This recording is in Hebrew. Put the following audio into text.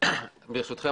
ברשותכם,